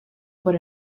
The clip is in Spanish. por